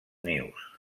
nius